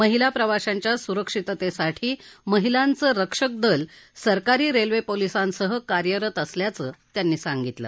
महिला प्रवाशांच्या सुरक्षिततेसाठी महिलांचे रक्षक दल सरकारी रेल्वे पोलीसांसह कार्यरत असल्याचं त्यांनी सांगितलं